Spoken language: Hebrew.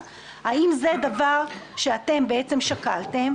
ואם יראו שבתוכנית הזו אין תקווה,